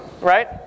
right